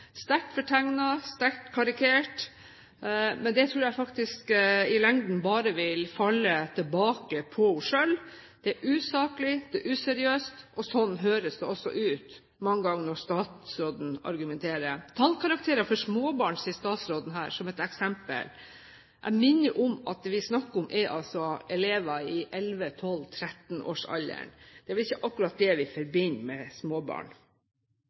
sterkt fortegnet og sterkt karikert, men det tror jeg faktisk i lengden bare vil falle tilbake på henne selv. Det er usaklig, det er useriøst, og sånn høres det også ut mange ganger når statsråden argumenterer. Tallkarakterer for småbarn, sier statsråden her som et eksempel. Jeg minner om at det vi snakker om, er elever i 11–12–13-årsalderen. Det er ikke akkurat det vi forbinder med